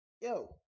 yo